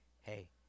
hey